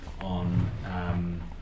on